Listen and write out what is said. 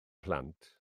plant